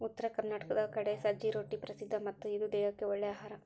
ಉತ್ತರ ಕರ್ನಾಟಕದ ಕಡೆ ಸಜ್ಜೆ ರೊಟ್ಟಿ ಪ್ರಸಿದ್ಧ ಮತ್ತ ಇದು ದೇಹಕ್ಕ ಒಳ್ಳೇ ಅಹಾರಾ